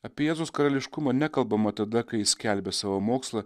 apie jėzaus karališkumą nekalbama tada kai jis skelbia savo mokslą